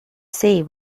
see